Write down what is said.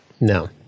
No